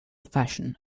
fashion